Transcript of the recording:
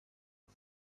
all